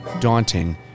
daunting